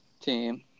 team